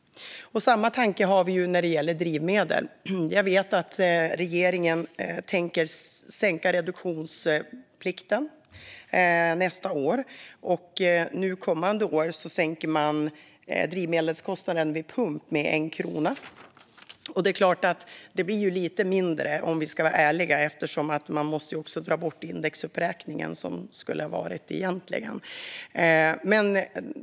Samma tanke har vi när det gäller drivmedel. Jag vet att regeringen tänker sänka reduktionsplikten nästa år, och vid kommande årsskifte sänker man drivmedelskostnaden vid pump med 1 krona. Ska vi vara ärliga blir det dock lite mindre, för man måste ju dra av den indexuppräkning som skulle ha varit.